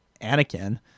Anakin